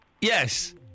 Yes